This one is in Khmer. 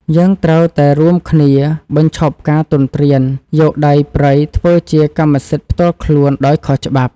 យើងត្រូវតែរួមគ្នាបញ្ឈប់ការទន្ទ្រានយកដីព្រៃធ្វើជាកម្មសិទ្ធិផ្ទាល់ខ្លួនដោយខុសច្បាប់។